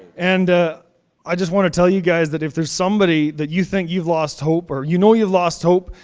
and ah i just wanna tell you guys, that if there's somebody that you think you've lost hope, or you know you lost hope,